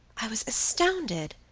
i was astounded.